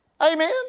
Amen